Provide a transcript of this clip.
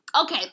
Okay